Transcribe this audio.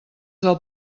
del